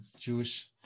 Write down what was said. Jewish